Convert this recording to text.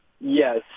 Yes